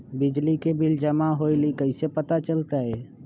बिजली के बिल जमा होईल ई कैसे पता चलतै?